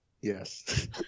yes